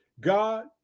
God